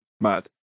mad